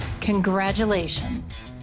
Congratulations